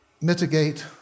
mitigate